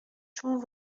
چون